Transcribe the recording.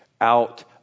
out